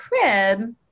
crib